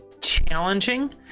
challenging